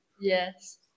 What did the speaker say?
Yes